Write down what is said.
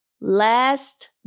Last